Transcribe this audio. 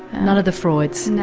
none of the freuds?